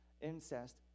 incest